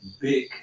big